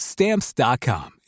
Stamps.com